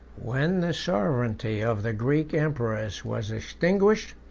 when the sovereignty of the greek emperors was extinguished,